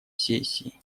сессии